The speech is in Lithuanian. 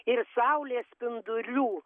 ir saulės spindulių